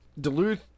Duluth